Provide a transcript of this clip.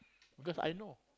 because I know